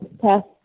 test